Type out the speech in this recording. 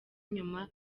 nyuma